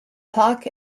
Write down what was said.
park